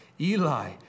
Eli